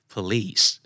Police